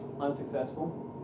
unsuccessful